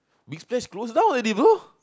business close down already bro